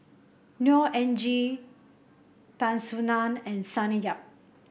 Neo Anngee Tan Soo Nan and Sonny Yap